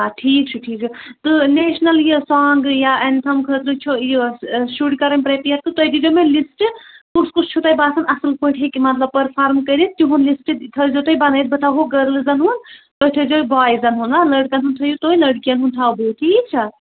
آ ٹھیٖک چھُ ٹھیٖک چھُ تہٕ نیشنل یہِ سوانگ یا اینتٚھم خٲطرٕ چھُ یہِ شُرۍ کَرن پریپیر تہٕ تُہۍ دِیو مےٚ لِسٹ کُس کُس چھُو تۄہہِ باسان اصل پٲٹھۍ ہیٚکہِ مطلب پٔرفارٕم کٔرِتھ تِہُند لِسٹ تھٲے زیو تُہۍ بَنٲوِتھ بہٕ تھاوہو گٔرلٕزن ہُند تُہۍ تھٲے زیو بایزن ہُند ہاں لٔڑکَن ہُند تھٲیو تُہۍ لٔڑکِٮ۪ن ہُند تھٲیو تُہۍ ٹھیٖک چھا